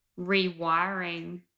rewiring